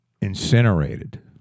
incinerated